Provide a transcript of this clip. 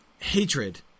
hatred